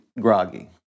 groggy